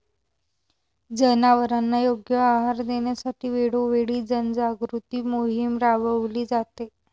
जनावरांना योग्य आहार देण्यासाठी वेळोवेळी जनजागृती मोहीम राबविली जाते